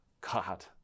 God